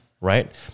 right